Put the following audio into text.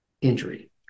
injury